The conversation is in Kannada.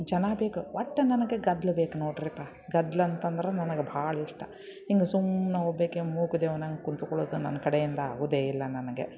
ಜನ ಬೇಕು ಒಟ್ಟು ನನ್ಗೆ ಗದ್ಲ ಬೇಕು ನೋಡಿರಿಪ್ಪ ಗದ್ದಲ ಅಂತಂದ್ರೆ ನನಗೆ ಭಾಳ ಇಷ್ಟ ಹಿಂಗೆ ಸುಮ್ನೆ ಒಬ್ಯಾಕೆ ಮೂಕ ದೇವ್ನಂಗೆ ಕುಂತುಕೊಳ್ಳೋದು ನನ್ನ ಕಡೆಯಿಂದ ಆಗುವುದೇ ಇಲ್ಲ ನನಗೆ